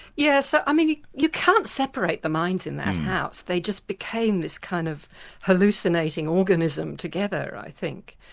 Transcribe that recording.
yeah so i mean you can't separate the minds in that house. they just became this kind of hallucinating organism together i think.